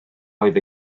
oedd